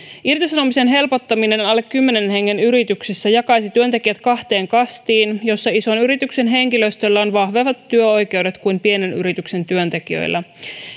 irtisanomisen helpottaminen alle kymmenen hengen yrityksissä jakaisi työntekijät kahteen kastiin joissa ison yrityksen henkilöstöllä on vahvemmat työoikeudet kuin pienen yrityksen työntekijöillä